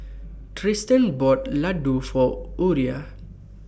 Triston bought Ladoo For Uriah